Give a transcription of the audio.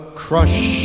crush